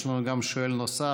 יש לנו שואל נוסף,